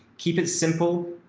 keep it simple,